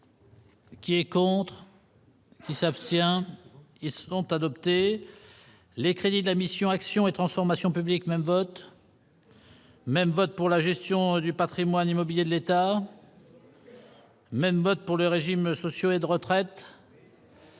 Qui est contre. Qui s'abstient qui seront adoptées. Les crédits de la mission Action et transformation publiques même vote. Même vote pour la gestion du Patrimoine immobilier de l'État. Même vote pour les régimes sociaux et de retraite.